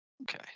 Okay